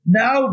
now